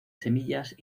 semillas